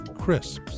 crisps